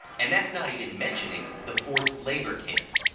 and that's not even mentioning the forced labor camps,